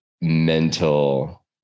mental